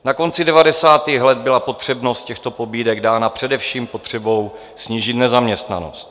Na konci devadesátých let byla potřebnost těchto pobídek dána především potřebou snížit nezaměstnanost.